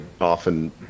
often